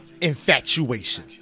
Infatuation